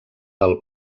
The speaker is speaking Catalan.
del